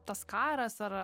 tas karas ar